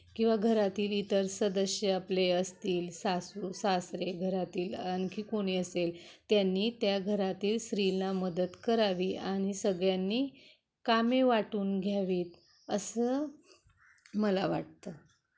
किंवा घरातील इतर सदस्य आपले असतील सासू सासरे घरातील आणखी कोणी असेल त्यांनी त्या घरातील स्रीला मदत करावी आणि सगळ्यांनी कामे वाटून घ्यावीत असं मला वाटतं